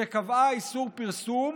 שקבעה איסור פרסום.